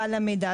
ועל המידע.